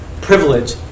privilege